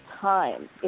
time